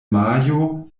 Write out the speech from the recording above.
majo